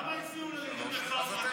כמה הצביעו לליכוד בכפר ורדים?